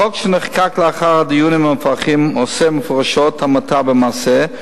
החוק שנחקק לאחר הדיונים המפרכים אוסר מפורשות המתה במעשה,